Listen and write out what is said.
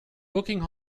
booking